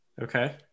Okay